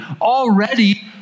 already